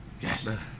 Yes